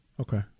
Okay